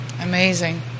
Amazing